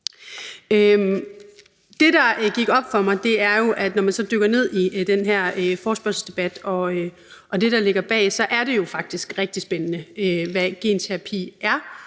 Det, der gik op for mig, var, at når man dykker ned i den her forespørgselsdebat og det, der ligger bag, er det jo faktisk rigtig spændende, hvad genterapi er